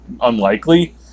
unlikely